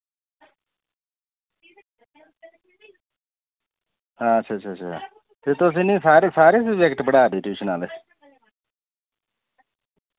हां अच्छा अच्छा अच्छा ते तुस इन्हें सारें सब्जैक्ट पढ़ा दे टयूशन आह्ले